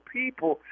people